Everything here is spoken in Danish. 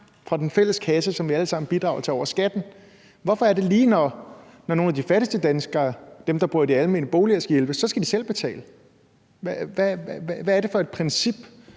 fra den fælles kasse, som vi alle sammen bidrager til over skatten. Hvorfor er det lige, at når nogle af de fattigste danskere, dem, der bor i de almene boliger, skal hjælpes, skal de selv betale? Hvad er det for et princip,